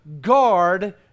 guard